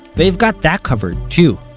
they've got that covered, too.